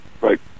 Right